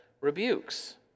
rebukes